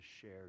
share